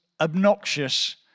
obnoxious